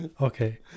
Okay